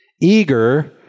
eager